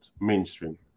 mainstream